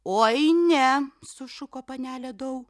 oi ne sušuko panelė dau